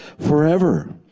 forever